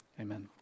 Amen